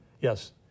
Yes